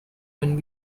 when